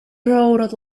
rode